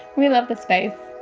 we love the space